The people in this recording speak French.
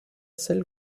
celle